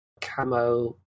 camo